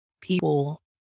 people